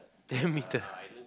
ten metre